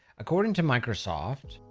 according to microsoft,